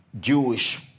Jewish